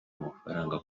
mafaranga